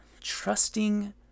trusting